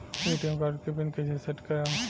ATM card के PIN कैसे set करम?